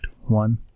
one